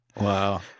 Wow